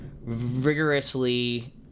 rigorously